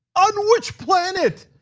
on which planet?